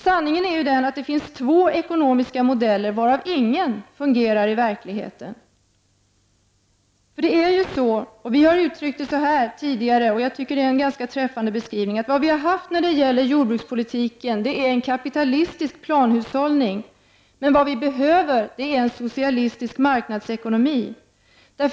Sanningen är den att det finns två ekonomiska modeller, varav ingen fungerar i verkligheten. Vi har tidigare uttryckt det så här, och jag tycker att det är ganska träffande beskrivning: Vad vi har haft när det gäller jordbrukspolitiken är en kapitalistisk planhushållning, men vad vi behöver är en socialistisk marknadsekonomi.